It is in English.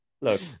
look